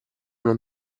non